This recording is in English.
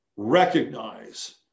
recognize